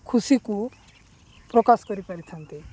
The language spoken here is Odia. ଖୁସିକୁ ପ୍ରକାଶ କରିପାରିଥାନ୍ତି